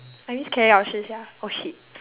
I miss 老师 sia oh shit